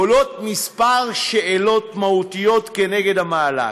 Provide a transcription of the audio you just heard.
עולות כמה שאלות מהותיות נגד המהלך: